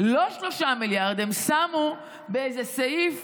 לא 3 מיליארד, הם שמו באיזה סעיף